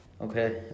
Okay